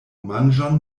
manĝon